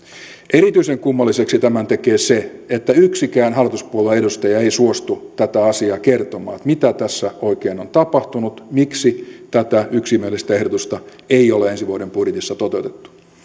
erityisen kummalliseksi tämän tekee se että yksikään hallituspuolueen edustaja ei suostu tätä asiaa kertomaan mitä tässä oikein on tapahtunut miksi tätä yksimielistä ehdotusta ei ole ensi vuoden budjetissa toteutettu